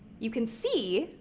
you can see,